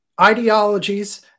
ideologies